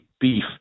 beef